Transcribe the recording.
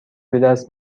بدست